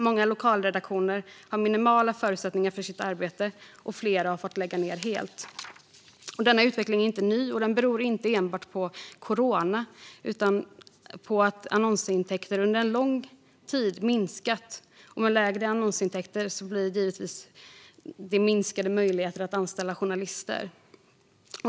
Många lokalredaktioner har minimala förutsättningar för sitt arbete, och flera har fått lägga ned helt. Denna utveckling är inte ny, och den beror inte enbart på corona. Annonsintäkterna har under lång tid minskat, och med lägre annonsintäkter minskar givetvis möjligheterna att anställa journalister.